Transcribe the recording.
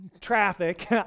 traffic